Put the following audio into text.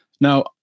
Now